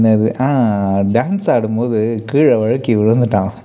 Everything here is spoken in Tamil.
என்னது டான்ஸாடும்போது கீழே வழுக்கி விழுந்துவிட்டான்